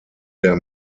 der